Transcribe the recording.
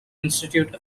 institute